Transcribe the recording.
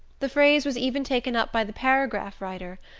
the phrase was even taken up by the paragraph writer,